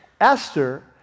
Esther